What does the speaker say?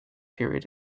period